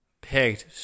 picked